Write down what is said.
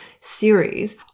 series